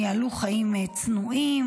הם ניהלו חיים צנועים.